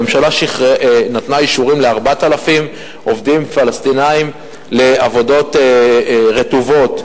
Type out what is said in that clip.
הממשלה נתנה אישורים ל-4,000 עובדים פלסטינים לעבודות רטובות,